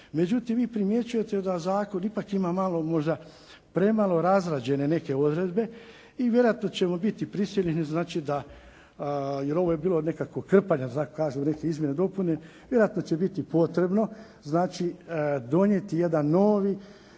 Međutim vi primjećujete da zakon ipak ima malo možda premalo razrađene neke odredbe i vjerojatno ćemo biti prisiljeni da jer ovo je bilo nekakvo krpanje kako neki kažu izmjene i dopune. Vjerojatno će biti potrebno donijeti jedan novi